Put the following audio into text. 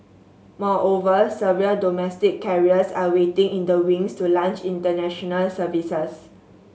moreover several domestic carriers are waiting in the wings to launch international services